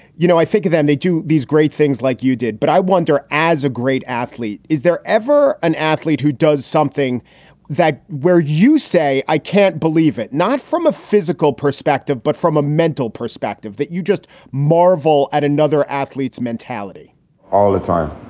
you know, i think of them, they do these great things like you did. but i wonder, as a great athlete, is there ever an athlete who does something that where you say, i can't believe it? not from a physical perspective, but from a mental perspective, that you just marvel at another athlete's mentality all the time?